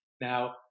now